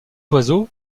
oiseau